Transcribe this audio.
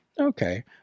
Okay